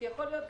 כי יכול להיות,